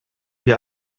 wir